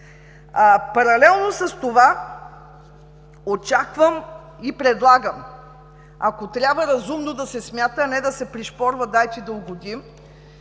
Паралелно с това, очаквам и предлагам: ако трябва разумно да се смята, а не да се пришпорва „дайте да угодим“,